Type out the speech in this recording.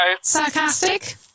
Sarcastic